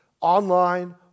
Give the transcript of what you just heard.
online